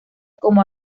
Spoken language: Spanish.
como